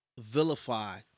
vilify